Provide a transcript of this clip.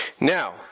Now